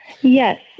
Yes